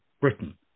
Britain